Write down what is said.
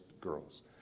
girls